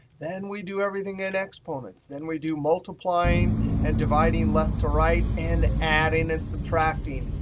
then we do everything in exponents. then we do multiplying and dividing, left to right, and adding and subtracting,